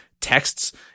texts